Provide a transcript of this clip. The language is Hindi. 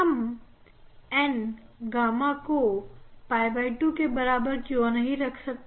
हम N गामा को 𝝿 2 के बराबर क्यों नहीं रख सकते